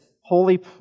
holy